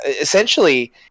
Essentially